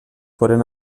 foren